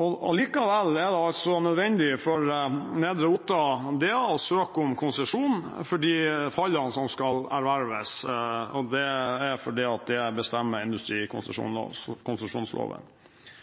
Allikevel er det altså nødvendig for Nedre Otta, Opplandskraft DA, å søke om konsesjon for de fallene som skal erverves, og det er fordi det bestemmes av industrikonsesjonsloven. Loven bestemmer at